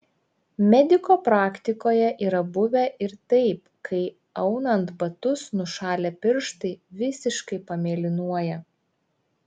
mediko praktikoje yra buvę ir taip kai aunant batus nušalę pirštai visiškai pamėlynuoja